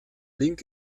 link